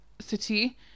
City